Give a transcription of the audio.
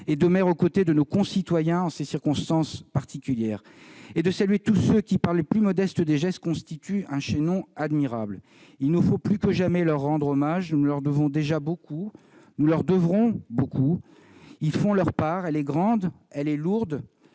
et des maires aux côtés de nos concitoyens en ces circonstances particulières. Je salue tous ceux qui, par les plus modestes des gestes, constituent un chaînon admirable. Il nous faut plus que jamais leur rendre hommage : nous leur devons déjà beaucoup et nous leur devrons beaucoup. Ils prennent leur part, grande, lourde